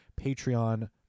Patreon